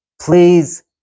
please